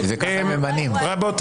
אני אמיתי, הכול אצלי רשום.